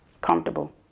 Comfortable